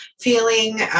feeling